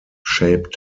shaped